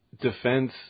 defense